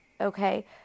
Okay